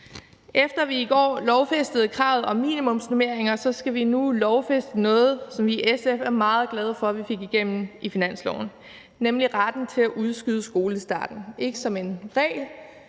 Efter vi i går lovfæstede kravet om minimumsnormeringer, skal vi nu lovfæste noget, som vi i SF er meget glade for vi fik igennem i finansloven, nemlig retten til at udskyde skolestarten, ikke som en regel,